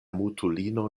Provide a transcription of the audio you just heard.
mutulino